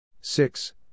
six